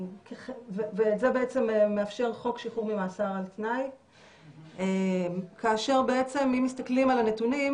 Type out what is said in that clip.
וזה מאפשר חוק שחרור ממאסר על תנאי כאשר אם מסתכלים על הנתונים,